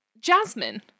Jasmine